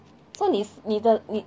so 你你的你